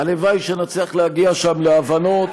הלוואי שנצליח להגיע שם להבנות,